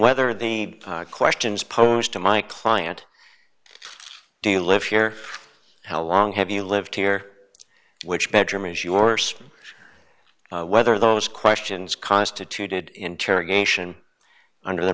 whether the questions posed to my client do you live here how long have you lived here which bedroom is yours whether those questions constituted interrogation under the